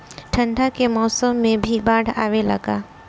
ठंडा के मौसम में भी बाढ़ आवेला का?